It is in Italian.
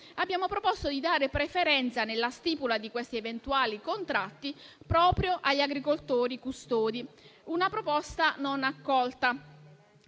abbiamo proposto di dare preferenze nella stipula di questi eventuali contratti proprio agli agricoltori custodi: una proposta non accolta,